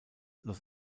los